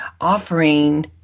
offering